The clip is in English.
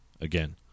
Again